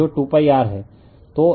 तो H Fml